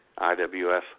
IWS